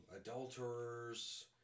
adulterers